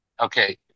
Okay